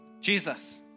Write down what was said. Jesus